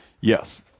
yes